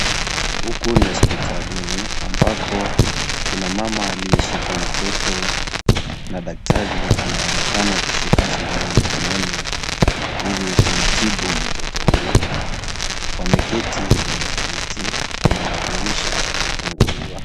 Huku ni hospitalini, ambako kuna mama aliyeshika mtoto na daktari anayeonekana kushika sindano mkononi, ili kumtibu mtoto huyu. Wameketi kwenye kiti. Kuna madirisha yamefunguliwa.